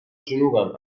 جنوبم